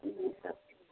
कोनोसब ठीक